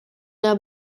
der